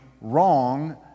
wrong